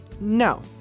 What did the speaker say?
No